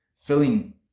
filling